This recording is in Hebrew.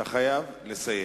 אתה חייב לסיים.